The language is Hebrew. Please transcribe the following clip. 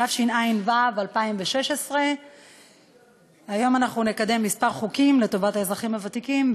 התשע"ו 2016. היום אנחנו נקדם כמה חוקים לטובת האזרחים הוותיקים,